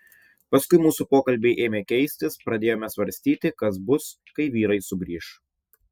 paskui mūsų pokalbiai ėmė keistis pradėjome svarstyti kas bus kai vyrai sugrįš